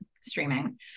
streaming